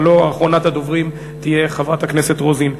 ולא, אחרונת הדוברים תהיה חברת הכנסת רוזין.